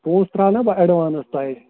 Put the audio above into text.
پۅنٛسہٕ ترٛاوٕ نا بہٕ ایڈوانٕس تۄہہِ